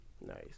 Nice